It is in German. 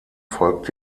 folgt